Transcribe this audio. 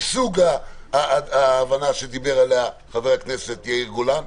מסוג ההבנה שדיבר עליה חבר הכנסת יאיר גולן.